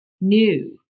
new